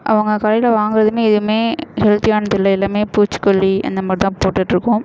அவங்க கடையில் வாங்கறதுமே எதுவுமே ஹெல்தியானதில்லை எல்லாமே பூச்சிக்கொல்லி அந்தமாதிரிதான் போட்டுட்டு இருக்கோம்